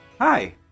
Hi